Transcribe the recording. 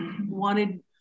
wanted